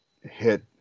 hit